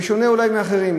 בשונה אולי מאחרים.